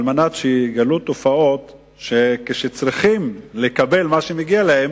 על מנת שיגלו תופעות שכשצריכים לקבל מה שמגיע להם,